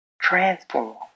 Transform